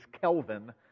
Kelvin